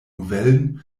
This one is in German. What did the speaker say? novellen